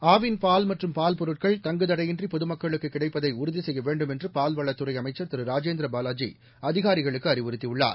ஆவின் பால் மற்றம் பால் பொருட்கள் தங்குதடையின்றி பொதுமக்களுக்கு கிடைப்பதை உறுதி செய்ய வேண்டும் என்று பால்வளத்துறை அமைச்சர் திரு ராஜேந்திர பாவாஜி அதிகாரிகளுக்கு அறிவுறத்தியுள்ளார்